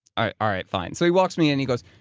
ah all right, fine. so he walks me in. he goes,